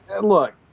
look